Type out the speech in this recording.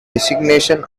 designation